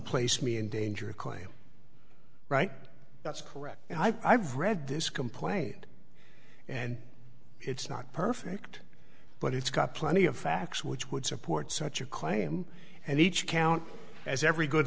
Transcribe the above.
place me in danger a claim right that's correct i've read this complaint and it's not perfect but it's got plenty of facts which would support such a claim and each count as every good